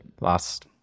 last